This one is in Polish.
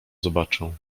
zobaczę